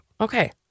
Okay